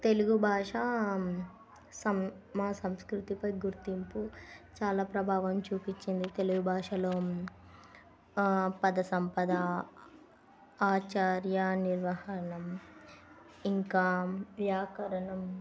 తెలుగు భాష మా సంస్కృతిపై గుర్తింపు చాలా ప్రభావం చూపించింది తెలుగు భాషలో పద సంపద ఆచార్య నిర్వహణం ఇంకా వ్యాకరణం